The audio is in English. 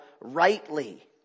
rightly